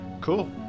cool